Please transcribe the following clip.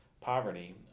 Poverty